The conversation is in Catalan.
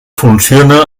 funciona